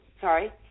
Sorry